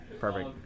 Perfect